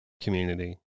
community